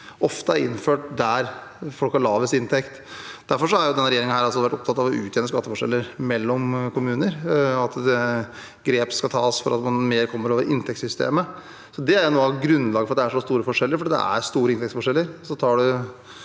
ofte er innført der folk har lavest inntekt. Derfor har denne regjeringen vært opptatt av å utjevne skatteforskjeller mellom kommuner, at grep skal tas for at mer kommer fra inntektssystemet. Noe av grunnlaget for at det er så store forskjeller, er at det er store inntektsforskjeller.